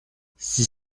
six